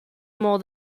more